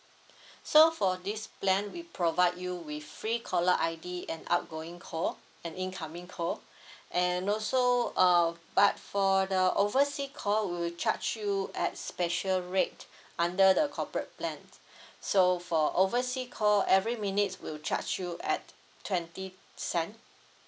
so for this plan we provide you with free caller I_D and outgoing call and incoming call and also uh but for the overseas call we will charge you at special rate under the corporate plan so for overseas call every minutes will charge you at twenty cent